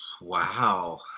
Wow